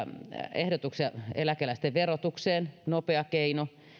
ehdotuksia eläkeläisten verotukseen nopea keino